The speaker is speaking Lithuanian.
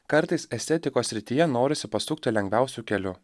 kartais estetikos srityje norisi pasukti lengviausiu keliu